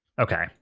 Okay